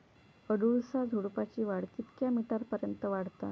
अडुळसा झुडूपाची वाढ कितक्या मीटर पर्यंत वाढता?